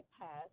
past